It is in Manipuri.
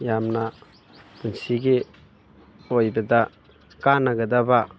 ꯌꯥꯝꯅ ꯄꯨꯟꯁꯤꯒꯤ ꯑꯣꯏꯕꯗ ꯀꯥꯟꯅꯒꯗꯕ